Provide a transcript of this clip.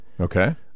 Okay